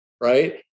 Right